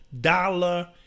dollar